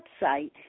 website